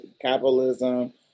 capitalism